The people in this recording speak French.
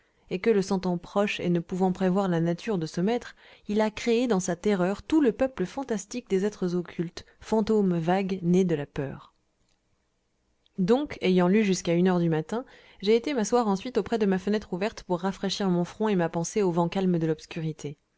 et que le sentant proche et ne pouvant prévoir la nature de ce maître il a créé dans sa terreur tout le peuple fantastique des êtres occultes fantômes vagues nés de la peur donc ayant lu jusqu'à une heure du matin j'ai été m'asseoir ensuite auprès de ma fenêtre ouverte pour rafraîchir mon front et ma pensée au vent calme de l'obscurité